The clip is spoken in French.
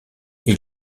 est